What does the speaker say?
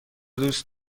دوست